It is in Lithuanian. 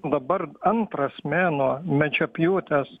dabar antras mėnuo mečiapjūtės